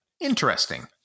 Interesting